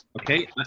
okay